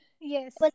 Yes